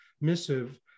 missive